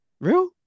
Real